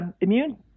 immune